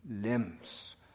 limbs